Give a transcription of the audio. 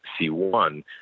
C1